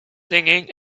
singing